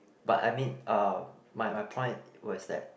but I mean uh my my point was that